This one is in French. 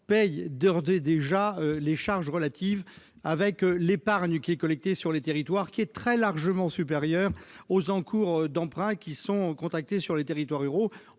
et déjà les charges relatives à l'épargne qui est collectée sur les territoires, très largement supérieure aux encours d'emprunts contractés sur les territoires ruraux.